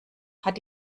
hat